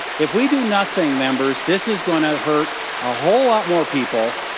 if we do nothing members this is going to hurt a whole lot more people.